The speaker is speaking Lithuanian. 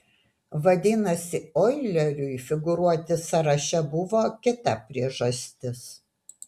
vadinasi oileriui figūruoti sąraše buvo kita priežastis